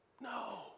No